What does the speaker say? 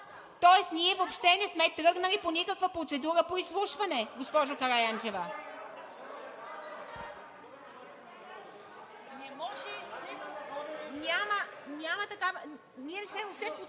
тоест ние въобще не сме тръгнали към никаква процедура по изслушване, госпожо Караянчева. (Шум и